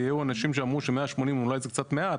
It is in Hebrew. כי היו אנשים שאמרו ש- 180 אולי זה קצת מעט,